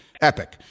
epic